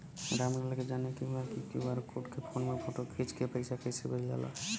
राम लाल के जाने के बा की क्यू.आर कोड के फोन में फोटो खींच के पैसा कैसे भेजे जाला?